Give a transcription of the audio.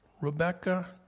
Rebecca